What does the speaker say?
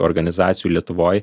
organizacijų lietuvoj